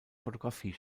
fotografie